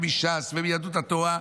מש"ס ומיהדות התורה.